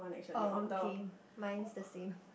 oh okay mine is the same